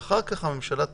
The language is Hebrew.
ואחר כך הממשלה תגיב.